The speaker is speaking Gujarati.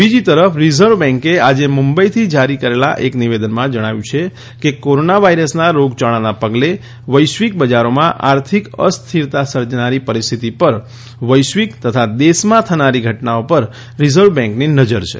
બીજી તરફ રિઝર્વ બેન્કે આજે મુંબઈથી જારી કરેલા એક નિવેદનમાં જણાવ્યું છે કે કોરોના વાઇરસના રોગયાળાના પગલે વૈશ્વિક બજારોમાં આર્થિક અસ્થિરતા સર્જનારી પરિસ્થિતિ પર વૈશ્વિક તથા દેશમાં થનારી ઘટનાઓ પર રિઝર્વ બેન્કની નજર છે